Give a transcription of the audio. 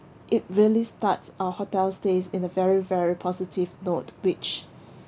it really starts our hotel stays in a very very positive note which